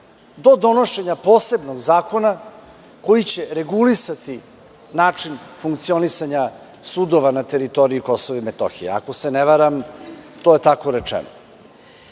do donošenja posebnog zakona koji će regulisati način funkcionisanja sudova na teritoriji KiM. Ako se ne varam to je tako